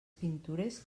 pintures